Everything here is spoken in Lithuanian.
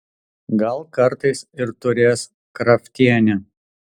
gal kartais ir turės kraftienė